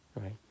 right